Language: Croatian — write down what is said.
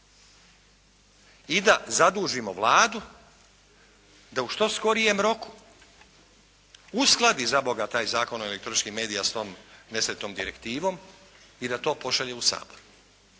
I da zadužimo Vladu da u što skorijem roku, uskladi zaboga taj Zakon o elektroničkim medijima s tom nesretnom direktivom i da to pošalje u Sabor.